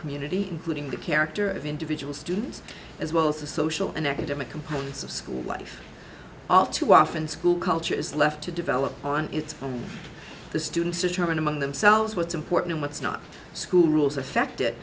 community including the character of individual students as well as the social and academic components of school life all too often school culture is left to develop on its own the students determine among themselves what's important and what's not schools affected